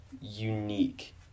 unique